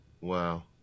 Wow